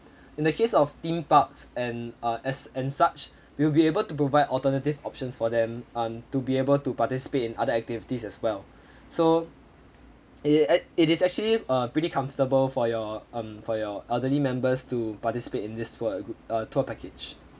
in the case of theme parks and uh as and such we will be able to provide alternative options for them um to be able to participate in other activities as well so it is act~ it is actually a pretty comfortable for your um for your elderly members to participate in this for a good uh tour package